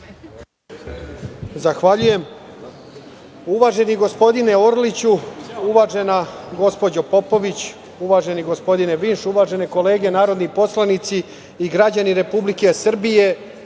Zahvaljujem. Uvaženi gospodine, Orliću, uvažena gospođo Popović, uvaženi gospodine Vinš, uvažene kolege narodni poslanici i građani Republike Srbije,